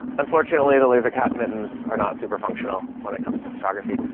unfortunately the laser cat mittens are not super functional. when it comes to photography.